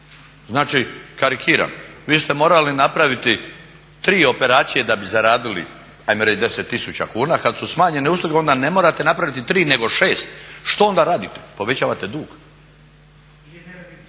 Znači karikiram, vi ste morali napraviti tri operacije da bi zaradili ajmo reći 10 tisuća kuna, kada su smanjene usluge onda ne morate napraviti tri nego 6. Što onda radite? Povećavate drug.